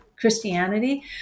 Christianity